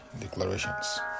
Declarations